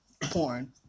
porn